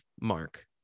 Mark